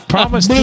Promise